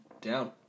down